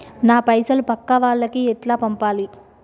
నా పైసలు పక్కా వాళ్లకి ఎట్లా పంపాలి?